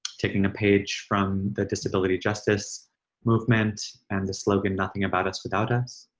taking a page from the disability justice movement and the slogan nothing about us without us.